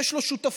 יש לו שותפים.